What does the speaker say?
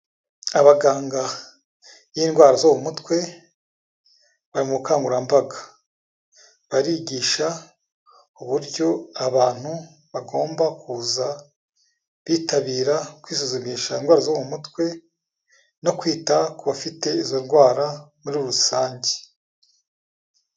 Abaganga b'indwara zo umutwe bari mukangurambaga, barigisha uburyo abantu bagomba kuza bitabira kwisuzumisha indwara zo mu mutwe, no kwita ku bafite izo ndwara muri rusange.